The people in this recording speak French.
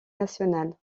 nationale